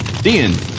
Dean